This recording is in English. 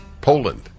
Poland